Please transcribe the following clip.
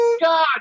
god